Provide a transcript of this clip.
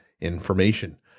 information